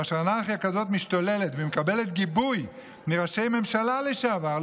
כאשר אנרכיה כזו משתוללת ומקבלת גיבוי מראשי ממשלה לשעבר,